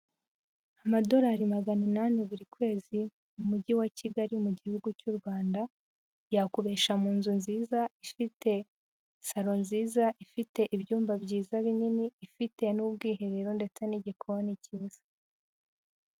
Amadorari magana inani buri kwezi, mu mujyi wa Kigali mu gihugu cy'u Rwanda, yakubesha mu nzu nziza ifite saro nziza, ifite ibyumba byiza binini, ifite n'ubwiherero ndetse n'igikoni cyiza.